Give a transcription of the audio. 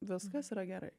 viskas yra gerai